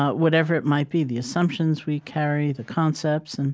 ah whatever it might be the assumptions we carry, the concepts, and